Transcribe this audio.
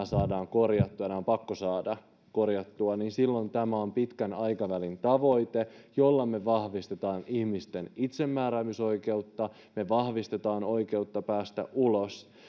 saadaan korjattua ja nämä on pakko saada korjattua tulevaisuudessa tämä on pitkän aikavälin tavoite jolla me vahvistamme ihmisten itsemääräämisoikeutta kun me vahvistamme oikeutta päästä ulos